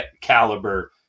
caliber